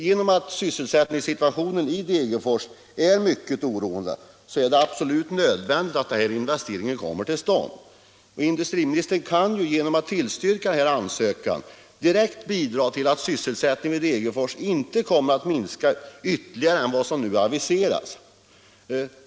Genom att sysselsättningsituationen i Degerfors är mycket oroande är det absolut nödvändigt att den här investeringen kommer till stånd. Industriministern kan genom att tillstyrka ansökan om lokaliseringslånet direkt bidra till att sysselsättningen vid Degerfors Järnverk inte kommer att minska ytterligare än vad som nu aviserats.